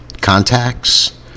Contacts